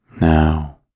Now